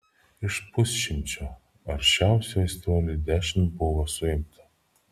iš pusšimčio aršiausių aistruolių dešimt buvo suimta